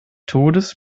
todes